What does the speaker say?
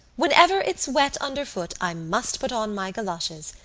whenever it's wet underfoot i must put on my galoshes.